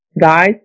Guys